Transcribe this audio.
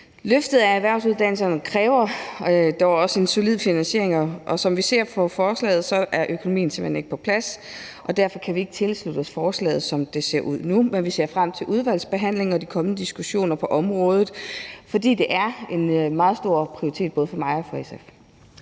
Løftet af erhvervsuddannelserne kræver dog også en solid finansiering, og som vi ser på forslaget, er økonomien simpelt hen ikke på plads, og derfor kan vi ikke tilslutte os forslaget, som det ser ud nu. Men vi ser frem til udvalgsbehandlingen og de kommende diskussioner på området, fordi det er en meget stor prioritet både for mig og for SF.